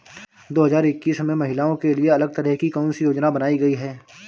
दो हजार इक्कीस में महिलाओं के लिए अलग तरह की कौन सी योजना बनाई गई है?